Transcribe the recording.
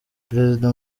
prezida